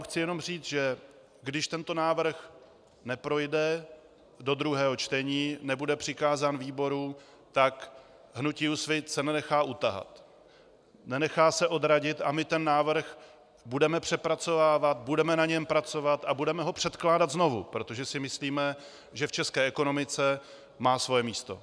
Chci vám jenom říct, že když tento návrh neprojde do druhého čtení, nebude přikázán výboru, tak hnutí Úsvit se nenechá utahat, nenechá se odradit a my ten návrh budeme přepracovávat, budeme na něm pracovat a budeme ho předkládat znovu, protože si myslíme, že v české ekonomice má svoje místo.